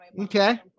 Okay